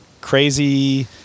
Crazy